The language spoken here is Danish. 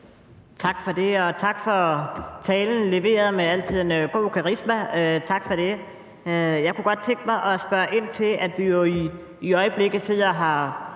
Tak for det. Og tak for talen, der som altid blev leveret med god karisma; tak for det. Jeg kunne godt tænke mig at spørge ind til, at vi jo i øjeblikket sidder og har